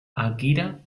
akira